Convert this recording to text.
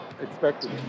expected